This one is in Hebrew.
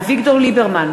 אביגדור ליברמן,